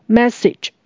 message